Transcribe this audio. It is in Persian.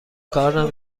کار